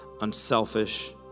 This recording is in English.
unselfish